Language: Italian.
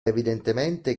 evidentemente